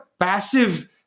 passive